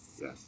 Yes